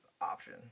option